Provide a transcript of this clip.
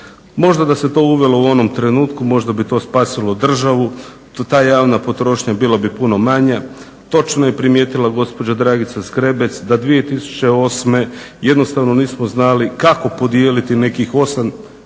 Možda da se to uvelo u onom trenutku, možda bi to spasilo državu. To ta javna potrošnja bila bi puno manja. Točno je primijetila gospođa Dragica Zgrebec da 2008. jednostavno nismo znali kako podijeliti nekih, '98.